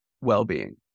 well-being